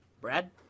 Brad